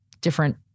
different